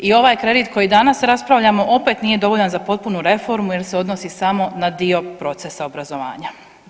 I ovaj kredit koji danas raspravljamo opet nije dovoljan za potpunu reformu, jer se odnosi samo na dio procesa obrazovanja.